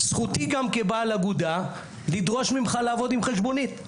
זכותי גם כבעל אגודה לדרוש ממך לעבוד עם חשבונית.